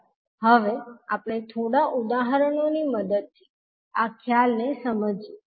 ચાલો હવે આપણે થોડા ઉદાહરણો ની મદદથી આ ખ્યાલને સમજીએ